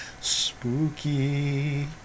Spooky